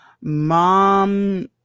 mom